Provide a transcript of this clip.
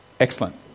Excellent